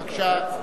בבקשה.